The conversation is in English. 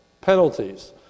penalties